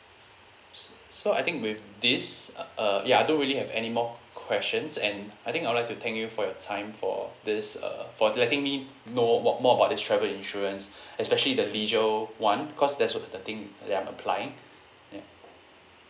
s~ so I think with this uh uh ya I don't really have any more questions and I think I'd like to thank you for your time for this uh for letting me know mo~ more about the travel insurance especially the leisure [one] cause that's the the thing that I'm applying yup